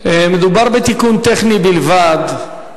מדובר בתיקון טכני בלבד.